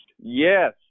yes